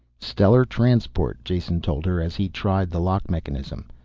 stellar transport, jason told her, as he tried the lock mechanism.